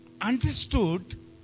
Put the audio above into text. understood